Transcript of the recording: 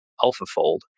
AlphaFold